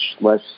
less